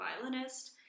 violinist